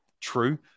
true